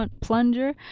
plunger